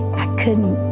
i couldn't.